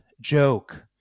joke